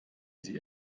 sie